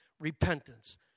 Repentance